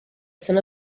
son